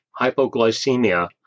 hypoglycemia